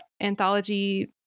anthology